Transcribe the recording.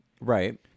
right